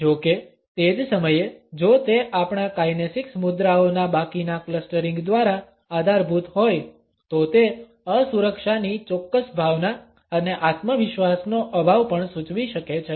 જો કે તે જ સમયે જો તે આપણા કાઇનેસિક્સ મુદ્રાઓના બાકીના ક્લસ્ટરિંગ દ્વારા આધારભૂત હોય તો તે અસુરક્ષાની ચોક્કસ ભાવના અને આત્મવિશ્વાસનો અભાવ પણ સૂચવી શકે છે